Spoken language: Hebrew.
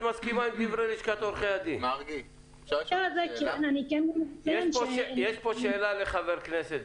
מסכימה עם דברי לשכת עורכי הדין יש פה שאלה לחבר כנסת,